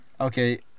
Okay